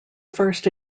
first